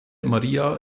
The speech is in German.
maria